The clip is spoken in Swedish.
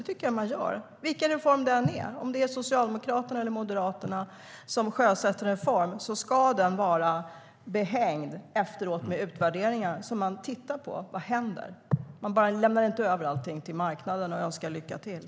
Det tycker jag att man gör oavsett vilken reform det handlar om. Om det är Socialdemokraterna eller Moderaterna som sjösätter en reform ska den efteråt vara behängd med utvärderingar, så att man tittar på vad som händer. Man lämnar bara inte över allt till marknaden och önskar lycka till.